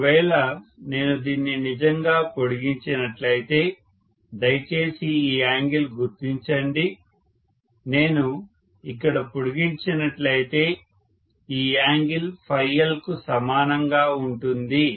ఒకవేళ నేను దీన్ని నిజంగా పొడిగించినట్లయితే దయచేసి ఈ యాంగిల్ గుర్తించండి నేను ఇక్కడ పొడిగించినట్లయితే ఈ యాంగిల్ L కు సమానంగా ఉంటుంది